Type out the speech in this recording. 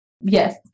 Yes